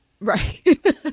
Right